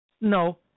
No